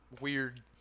weird